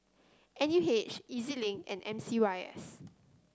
N U H E Z Link and M C Y S